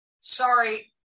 Sorry